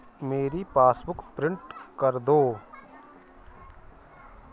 मेरी passbook print कर दो